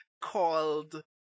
called